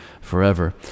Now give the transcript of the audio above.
forever